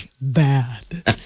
bad